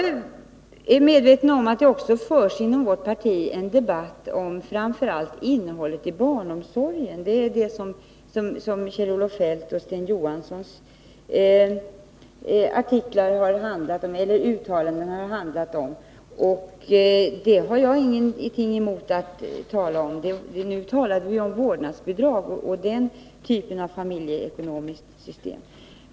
Jag är medveten om att det också inom vårt parti förs en debatt om framför allt innehållet i barnomsorgen. Det är det som Kjell-Olof Feldt och Sten Johanssons uttalanden har handlat om. Det har jag ingenting emot att tala om, men nu gäller ju debatten vårdnadsbidrag och den typen av familjeekonomiskt system.